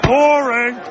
Boring